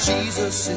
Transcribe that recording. Jesus